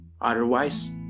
otherwise